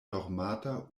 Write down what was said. nomata